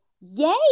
yay